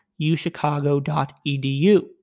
uchicago.edu